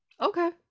Okay